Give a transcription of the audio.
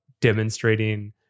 demonstrating